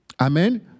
Amen